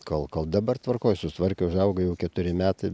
kol kol dabar tvarkoj susitvarkė užauga jau keturi metai